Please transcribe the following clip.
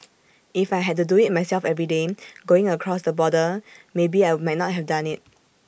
if I had to do IT myself every day going across the border maybe I might not have done IT